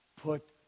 put